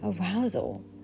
arousal